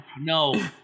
No